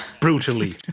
brutally